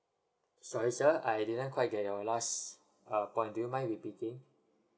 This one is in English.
sorry sir I didn't quite get your last uh point do you mind repeating